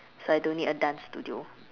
so I don't need a dance studio